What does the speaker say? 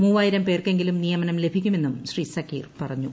മൂവായിരം പേർക്കെങ്കിലും നിയമനം ലഭിക്കുമെന്നും ശ്രീ സക്കീർ പറഞ്ഞു